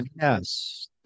Yes